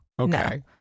okay